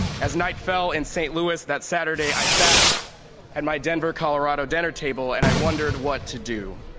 as night fell in st. louis, that saturday, i sat at my denver, colorado, dinner table and i wondered what to do.